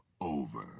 over